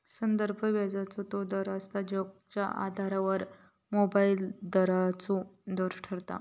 संदर्भ व्याजाचो तो दर असता जेच्या आधारावर मोबदल्याचो दर ठरता